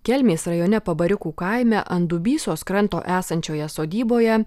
kelmės rajone pabariukų kaime ant dubysos kranto esančioje sodyboje